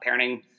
parenting